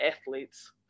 athletes